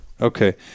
Okay